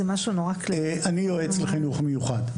אני יועץ לחינוך המיוחד.